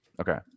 Okay